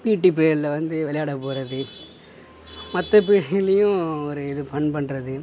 பிடி பிரீயடில் வந்து விளையாட போகிறது மற்ற பீரியட்லையும் ஒரு இது ஃபன் பண்ணுறது